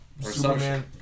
Superman